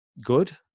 good